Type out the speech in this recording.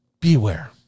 beware